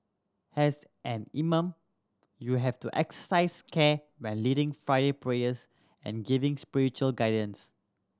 as an imam you have to exercise care when leading Friday prayers and giving spiritual guidance